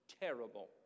Terrible